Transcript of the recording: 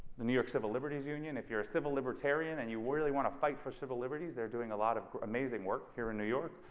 the new york civil liberties union if you're a civil libertarian and you were really want to fight for civil liberties they're doing a lot of amazing work here in new york.